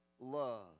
love